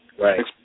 Right